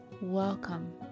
welcome